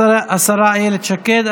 השרה אילת שקד.